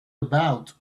about